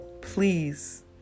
please